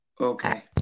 Okay